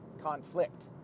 conflict